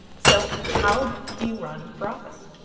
so how do you run for office?